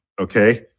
Okay